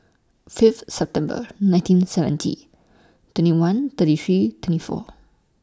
Fifth September nineteen seventy twenty one thirty three twenty four